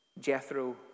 Jethro